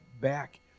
back